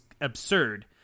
absurd